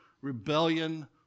rebellion